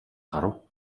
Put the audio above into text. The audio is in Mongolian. гарав